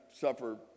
suffer